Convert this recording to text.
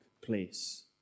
place